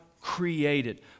created